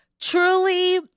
Truly